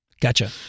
Gotcha